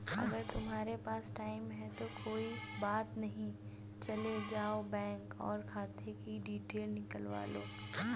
अगर तुम्हारे पास टाइम है तो कोई बात नहीं चले जाओ बैंक और खाते कि डिटेल निकलवा लो